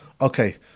okay